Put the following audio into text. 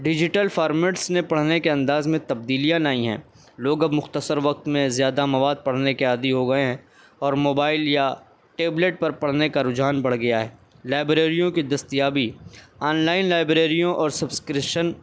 digital formats نے پڑھنے کے انداز میں تبدیلیاں لائی ہیں لوگ اب مختصر وقت میں زیادہ مواد پڑھنے کے عادی ہو گئے ہیں اور موبائل یا ٹیبلیٹ پر پڑھنے کا رجحان بڑھ گیا ہے لائبریریوں کی دستیابی آن لائن لائبریریوں اور سبسکرپشن